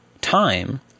time